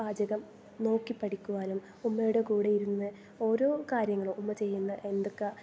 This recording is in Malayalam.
പാചകം നോക്കി പഠിക്കുവാനും ഉമ്മയുടെ കൂടെ ഇരുന്ന് ഓരോ കാര്യങ്ങളും ഉമ്മ ചെയ്യുന്ന എന്ത്ക്കാ